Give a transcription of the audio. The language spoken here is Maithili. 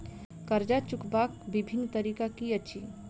कर्जा चुकबाक बिभिन्न तरीका की अछि?